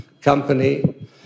company